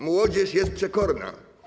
Młodzież jest przekorna.